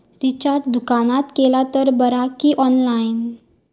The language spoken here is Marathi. रिचार्ज दुकानात केला तर बरा की ऑनलाइन?